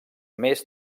més